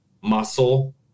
muscle